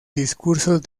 discursos